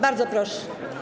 Bardzo proszę.